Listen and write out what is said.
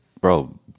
bro